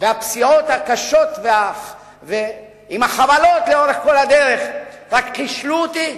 והפסיעות הקשות והחבלות לאורך כל הדרך רק חישלו אותי.